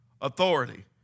authority